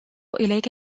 إليك